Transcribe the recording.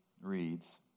reads